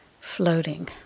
floating